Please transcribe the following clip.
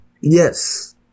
Yes